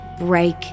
break